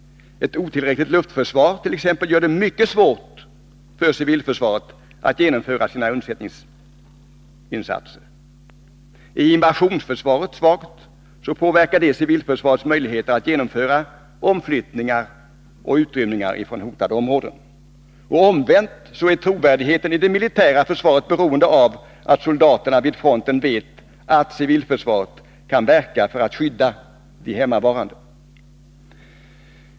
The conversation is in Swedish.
Ett otillräckligt luftförsvar t.ex. gör det mycket svårt för civilförsvaret att genomföra sina undsättningsinsatser. Är invasionsförsvaret svagt påverkar detta civilförsvarets möjligheter att genomföra omflyttningar och utrymningar från hotade områden. Omvänt är trovärdigheten i det militära försvaret beroende av att soldaterna vid fronten vet att civilförsvaret kan verka för att skydda de hemmavarande.